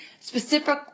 specific